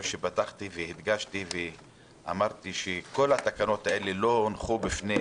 הדגשתי ואמרתי שכל התקנות לא הונחו בפני